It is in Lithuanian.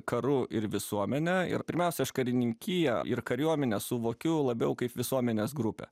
karu ir visuomene ir pirmiausia aš karininkiją ir kariuomenę suvokiu labiau kaip visuomenės grupę